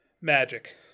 magic